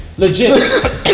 Legit